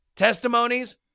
Testimonies